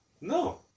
No